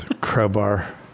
Crowbar